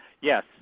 Yes